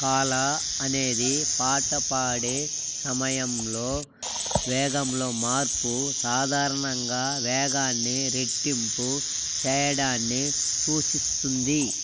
కాలా అనేది పాట పాడే సమయంలో వేగంలో మార్పు సాధారణంగా వేగాన్ని రెట్టింపు చేయడాన్ని సూచిస్తుంది